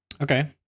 Okay